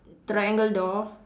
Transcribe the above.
triangle door